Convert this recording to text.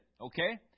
okay